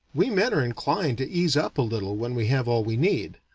we men are inclined to ease up a little when we have all we need.